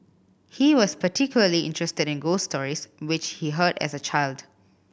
he was particularly interested in ghost stories which he heard as a child